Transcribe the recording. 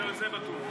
זה בטוח.